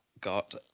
got